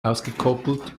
ausgekoppelt